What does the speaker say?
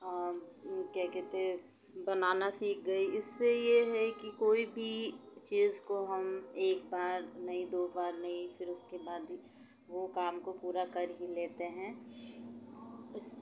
और क्या कहते बनाना सीख गई इससे ये है कि कोई भी चीज़ को हम एक बार नहीं दो बार नहीं फिर उसके बाद ही वो काम को पूरा कर ही लेते हैं इस